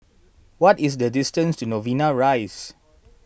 what is the distance to Novena Rise